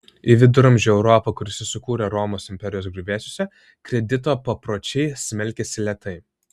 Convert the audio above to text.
į viduramžių europą kuri susikūrė romos imperijos griuvėsiuose kredito papročiai smelkėsi lėtai